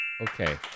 Okay